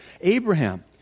Abraham